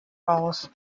aus